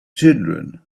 children